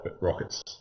rockets